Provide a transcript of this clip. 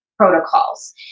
Protocols